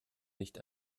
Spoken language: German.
nicht